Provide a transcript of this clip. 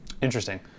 Interesting